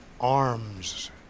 arms